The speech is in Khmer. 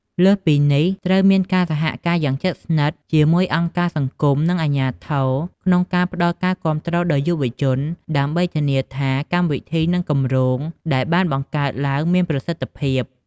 លើសពីនេះ ត្រូវមានការសហការយ៉ាងជិតស្និទ្ធជាមួយអង្គការសង្គម និងអាជ្ញាធរ ក្នុងការផ្តល់ការគាំទ្រដល់យុវជន ដើម្បីធានាថាកម្មវិធី និងគម្រោងដែលបានបង្កើតឡើងមានប្រសិទ្ធភាព